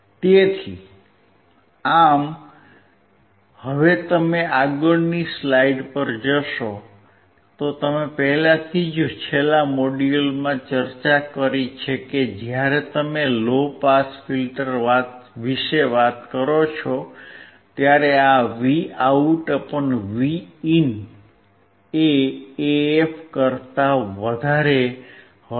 તેથી આમ હવે તમે આગળની સ્લાઇડ પર જશો તો તમે પહેલાથી જ છેલ્લા મોડ્યુલમાં ચર્ચા કરી છે કે જ્યારે તમે લો પાસ ફિલ્ટર વિશે વાત કરો છો ત્યારે આ VoutVin એ AF કરતા વધારે હશે